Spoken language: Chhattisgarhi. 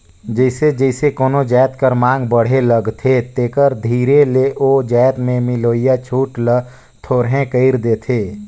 जइसे जइसे कोनो जाएत कर मांग बढ़े लगथे तेकर धीरे ले ओ जाएत में मिलोइया छूट ल थोरहें कइर देथे